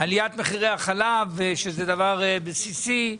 עליית מחירי החלב שזה מוצר בסיסי,